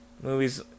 movies